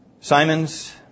Simons